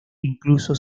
incluso